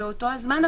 ובאותו הזמן,